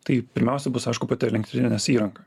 tai pirmiausia bus aišku pati elektrinės įranga